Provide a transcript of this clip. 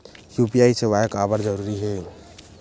UPI सेवाएं काबर जरूरी हे?